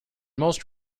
most